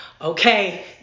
okay